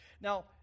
Now